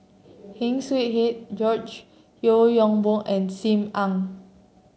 Heng Swee Heat George Yeo Yong Boon and Sim Ann